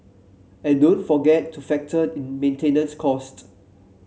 and don't forget to factor in maintenance cost